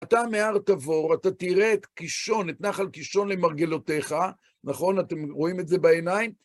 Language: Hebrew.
אתה, מהר תבור, אתה תראה את קישון, את נחל קישון למרגלותיך, נכון? אתם רואים את זה בעיניים?